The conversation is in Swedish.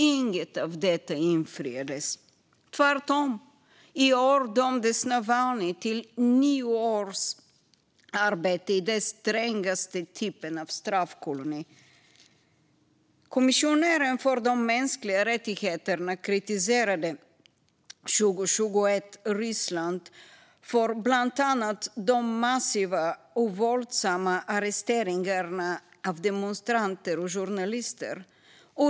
Inget av detta infriades. Tvärtom, i år dömdes Navalnyj till nio års arbete i den strängaste typen av straffkoloni. Kommissionären för de mänskliga rättigheterna kritiserade 2021 Ryssland för bland annat de massiva och våldsamma arresteringarna av demonstranter och journalister.